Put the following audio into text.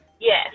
Yes